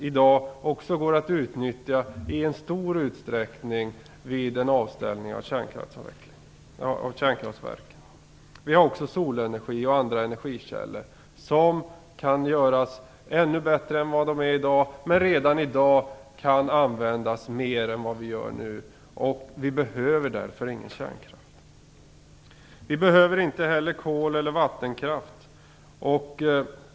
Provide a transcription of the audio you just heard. I dag går den att utnyttja i stor utsträckning vid en avställning av kärnkraftverken. Vi har solenergi och andra energikällor som kan göras ännu bättre än vad de är i dag. Men redan i dag kan de användas mer än vad som görs. Vi behöver därför ingen kärnkraft. Vi behöver inte heller någon kol eller vattenkraft.